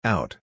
Out